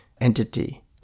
entity